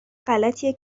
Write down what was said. غلطیه